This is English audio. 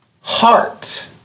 heart